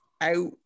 out